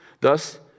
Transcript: Thus